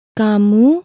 kamu